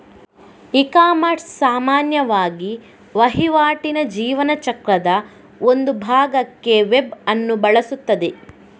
ecommerce ಸಾಮಾನ್ಯವಾಗಿ ವಹಿವಾಟಿನ ಜೀವನ ಚಕ್ರದ ಒಂದು ಭಾಗಕ್ಕೆ ವೆಬ್ ಅನ್ನು ಬಳಸುತ್ತದೆ